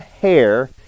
hair